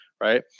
right